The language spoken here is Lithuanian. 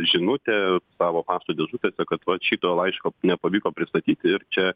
žinutę savo pašto dėžutes kad vat šito laiško nepavyko pristatyti ir čia